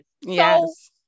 Yes